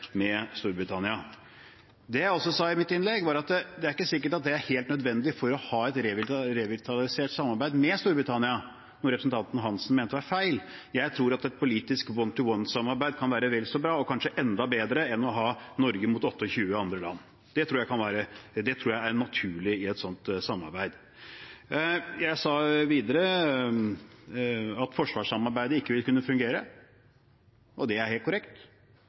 med Storbritannia. Det jeg også sa i mitt innlegg, var at det er ikke sikkert at den er helt nødvendig for å ha et revitalisert samarbeid med Storbritannia, noe representanten Hansen mente var feil. Jeg tror at et politisk «one-to-one»-samarbeid kan være vel så bra, og kanskje enda bedre enn å ha Norge mot 28 andre land. Det tror jeg er naturlig i et sånt samarbeid. Jeg sa videre at forsvarssamarbeidet ikke vil kunne fungere, og det er helt korrekt.